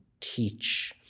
teach